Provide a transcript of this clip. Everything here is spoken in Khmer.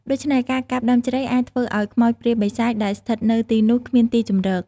ដូច្នេះ ការកាប់ដើមជ្រៃអាចធ្វើឱ្យខ្មោចព្រាយបិសាចដែលស្ថិតនៅទីនោះគ្មានទីជម្រក។